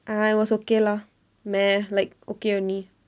uh it was okay lah meh like okay only